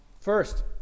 First